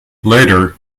later